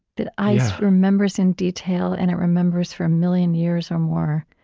that ice remembers in detail, and it remembers for a million years or more.